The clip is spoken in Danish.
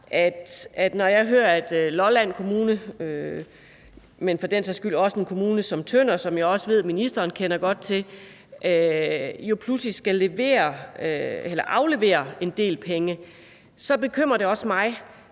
når jeg hører, at Lolland Kommune og for den sags skyld også en kommune som Tønder, som jeg også ved at ministeren kender godt til, pludselig skal aflevere en del penge, så bekymrer det også mig,